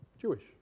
Jewish